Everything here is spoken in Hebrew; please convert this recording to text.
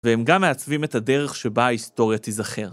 והם גם מעצבים את הדרך שבה ההיסטוריה תיזכר.